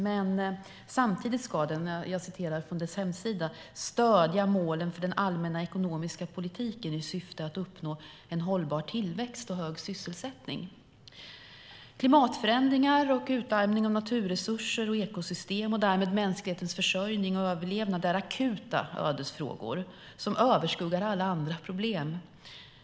Men samtidigt ska den, jag citerar från dess hemsida, "stödja målen för den allmänna ekonomiska politiken i syfte att uppnå en hållbar tillväxt och hög sysselsättning". Klimatförändringar och utarmning av naturresurser, ekosystem och därmed mänsklighetens försörjning och överlevnad är akuta ödesfrågor som överskuggar alla andra problem.